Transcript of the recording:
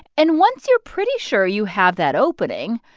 and once you're pretty sure you have that opening,